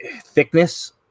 thickness